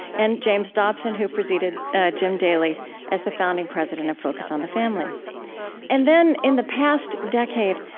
and james dobson who preceded jim daly as the founding president of focus on the family and then in the past decade,